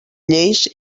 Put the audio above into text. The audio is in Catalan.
lleis